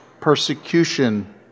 persecution